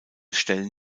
stellen